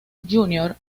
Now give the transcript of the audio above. junior